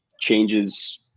changes